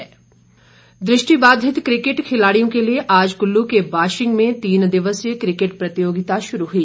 cricket दृष्टि बाधित cricket खिलाड़ियों के लिए आज कुल्लू के बाशिंग में तीन दिवसीय क्रिकेट प्रतियोगिता शुरू हुई